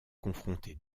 confronté